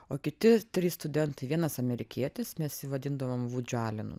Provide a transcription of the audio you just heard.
o kiti trys studentai vienas amerikietis mes jį vadindavom vudžiu alenu